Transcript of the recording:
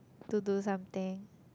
to do something